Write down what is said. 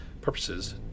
purposes